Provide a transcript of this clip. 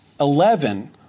eleven